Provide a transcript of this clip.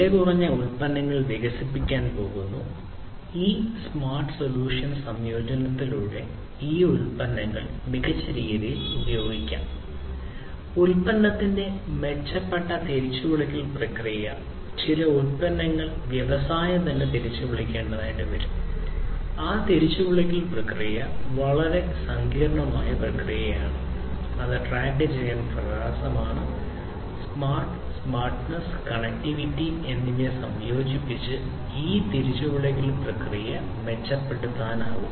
വിലകുറഞ്ഞ ഉൽപ്പന്നങ്ങൾ വികസിപ്പിക്കാൻ പോകുന്നു ഈ സ്മാർട്ട് സൊല്യൂഷനുകളുടെ എന്നിവ സംയോജിപ്പിച്ച് ഈ തിരിച്ചുവിളിക്കൽ പ്രക്രിയ മെച്ചപ്പെടുത്താനാകും